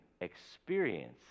Experience